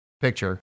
picture